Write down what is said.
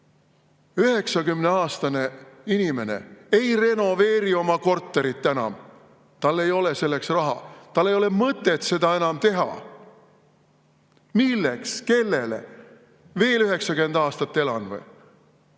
90‑aastane inimene ei renoveeri oma korterit enam. Tal ei ole selleks raha, tal ei ole mõtet seda teha. Milleks, kellele? Veel 90 aastat elab või?